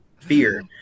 fear